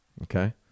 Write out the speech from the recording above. Okay